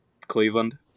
Cleveland